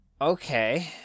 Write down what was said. Okay